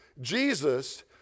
Jesus